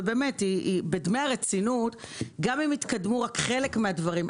וגם אם יתקדמו רק חלק מהדברים,